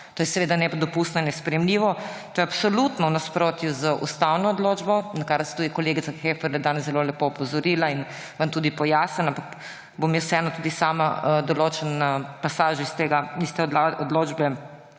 To je seveda nedopustno in nesprejemljivo. To je absolutno v nasprotju z ustavno odločbo, na kar vas je tudi kolegica Heferle danes zelo lepo opozorila in vam je tudi pojasnila. Ampak jaz bom vseeno tudi sama določen pasaž iz te odločbe